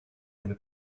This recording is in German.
eine